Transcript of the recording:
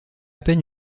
peine